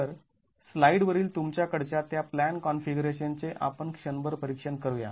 तर स्लाईड वरील तुमच्या कडच्या त्या प्लॅन कॉन्फिगरेशन चे आपण क्षणभर परीक्षण करू या